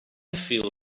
feel